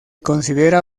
considera